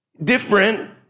different